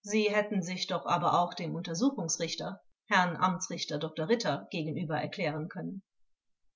sie hätten sich doch aber auch dem untersuchungsrichter herrn amtsrichter dr ritter gegenüber erklären können